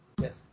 Yes